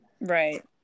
Right